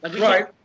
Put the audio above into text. Right